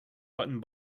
button